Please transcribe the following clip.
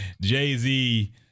Jay-Z